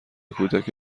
کودک